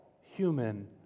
human